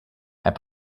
herr